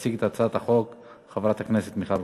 תציג את הצעת החוק חברת הכנסת מיכל רוזין.